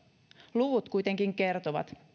luvut kuitenkin kertovat